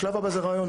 השלב הבא הוא ריאיון.